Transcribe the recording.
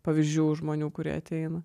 pavyzdžių žmonių kurie ateina